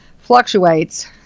fluctuates